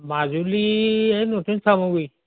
মাজুলী এই দক্ষিণ চামগুৰি